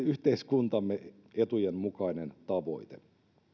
yhteiskuntamme etujen mukainen tavoite